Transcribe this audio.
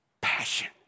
passion